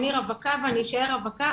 אני רווקה ואני יישאר רווקה,